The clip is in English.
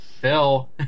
Phil